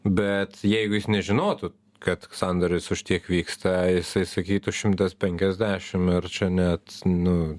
bet jeigu jis nežinotų kad sandoris už tiek vyksta jisai sakytų šimtas penkiasdešim ir čia net nu